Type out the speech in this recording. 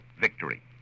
victory